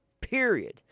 period